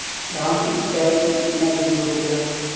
धान की सिंचाई की कितना बिदी होखेला?